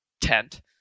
tent